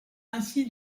ainsi